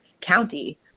county